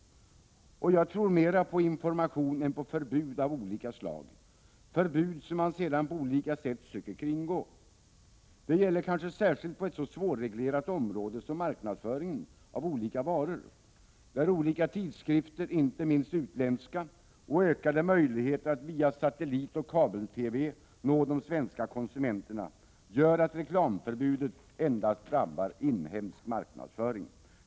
Jag tror mera på information än på förbud av olika slag — förbud som man sedan på olika sätt söker kringgå. Detta gäller kanske särskilt på ett så svårreglerat område som marknadsföringen av olika varor, där olika tidskrifter — inte minst utländska - och ökade möjligheter att via satellit och kabel-TV nå de svenska konsumenterna gör att reklamförbudet endast drabbar inhemsk marknadsföring.